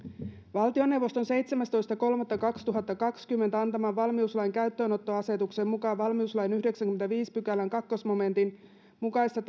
valtioneuvoston seitsemästoista kolmatta kaksituhattakaksikymmentä antaman valmiuslain käyttöönottoasetuksen mukaan valmiuslain yhdeksännenkymmenennenviidennen pykälän toisen momentin mukaista